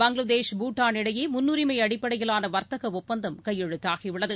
பங்களாதேஷ் பூட்டான் இடையேமுன்னுரிமைஅடிப்படையிலானவர்த்தகஒப்பந்தம் கையெழுத்தாகியுள்ளது